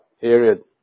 Period